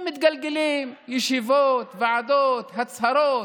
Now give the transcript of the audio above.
הם מתגלגלים, ישיבות, ועדות, הצהרות,